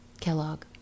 Kellogg